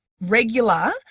regular